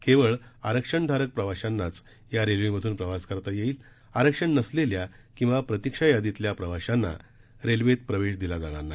केवळ आरक्षणधारक प्रवाशांनाच या रेल्वेमधून प्रवास करता येईल आरक्षण नसलेल्या किंवा प्रतीक्षा यादीतल्या प्रवाशांना रेल्वेत प्रवेश दिला जाणार नाही